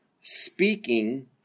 speaking